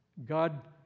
God